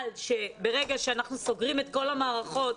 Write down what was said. שברגע שאנחנו סוגרים את כל המערכות,